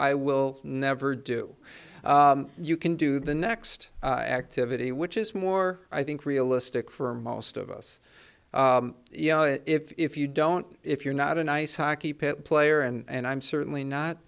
i will never do you can do the next activity which is more i think realistic for most of us you know if you don't if you're not an ice hockey player and i'm certainly not